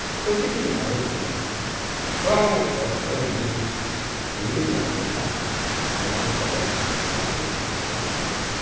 ᱯᱨᱚᱛᱤᱴᱤ ᱜᱷᱟᱨᱚᱸᱡᱽ ᱨᱮ ᱛᱷᱚᱲᱟ ᱵᱟᱝ ᱰᱷᱮᱨ ᱨᱤᱱ ᱨᱮᱭᱟᱜ ᱵᱳᱡᱷᱟ ᱵᱚᱦᱚᱱ ᱠᱟᱛᱮᱫ ᱪᱟᱞᱟᱜ ᱦᱩᱭᱩᱜ ᱠᱟᱱ ᱛᱟᱠᱚᱣᱟ